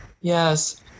yes